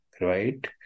right